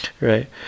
right